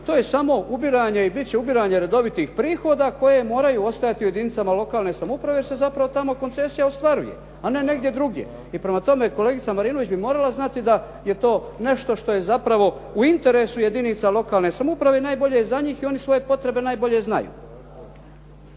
to je samo ubiranje i biti će ubiranje redovitih prihoda koje moraju ostajati u jedinicama lokalne samouprave jer se zapravo tamo koncesija ostvaruje a ne negdje drugdje. I prema tome, kolegica Marinović bi morala znati da je to nešto što je zapravo u interesu jedinica lokalne samouprave i najbolje je za njih i oni svoje potrebe najbolje znaju.